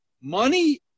money